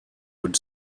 would